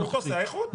כמות עושה איכות.